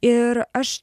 ir aš